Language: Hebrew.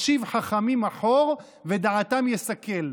"משיב חכמים אחור ודעתם יסכל".